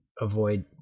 avoid